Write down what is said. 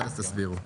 ואז תסבירו.